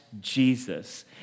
Jesus